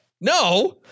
No